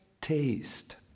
taste